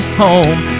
home